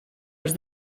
els